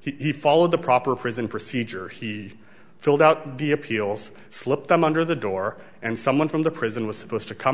he followed the proper prison procedure he filled out the appeals slip them under the door and someone from the prison was supposed to come